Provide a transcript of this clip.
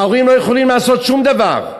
ההורים לא יכולים לעשות שום דבר.